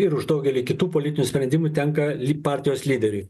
ir už daugelį kitų politinių sprendimų tenka ly partijos lyderiui